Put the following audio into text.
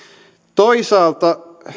toisaalta